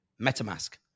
MetaMask